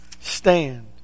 stand